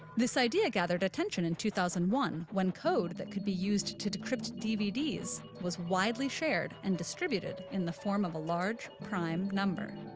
this idea gathered attention in two thousand and one when code that could be used to decrypt dvds was widely shared and distributed in the form of a large prime number.